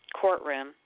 courtroom